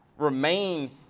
Remain